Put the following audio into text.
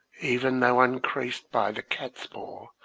even though uncreased by the cat's-paw,